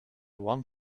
want